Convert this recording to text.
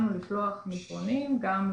והתחלנו לשלוח מסרונים גם למחוסנים.